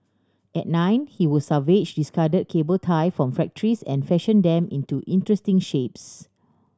at nine he would salvage discard cable tie from factories and fashion them into interesting shapes